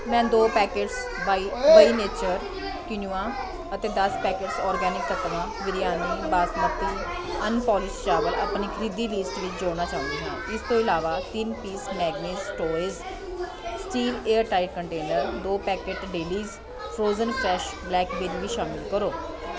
ਮੈਂ ਦੋ packets by ਬਈ ਨੇਚਰ ਕੁਇਨੋਆ ਅਤੇ ਦਸ packets organic Tattva biryani basmati unpolished ਚਾਵਲ ਅਪਣੀ ਖਰੀਦੀ ਲਿਸਟ ਵਿੱਚ ਜੋੜਨਾ ਚਾਹੁੰਦੀ ਹਾਂ ਇਸ ਤੋਂ ਇਲਾਵਾ ਤਿੰਨ piece Magnus storage steel airtight container ਦੋ packet delish frozen fresh blackberry ਵੀ ਸ਼ਾਮਲ ਕਰੋ